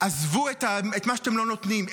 עזבו את מה שאתם לא נותנים,